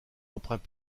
emprunts